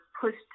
pushed